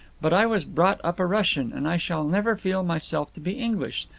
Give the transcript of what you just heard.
but i was brought up a russian, and i shall never feel myself to be english.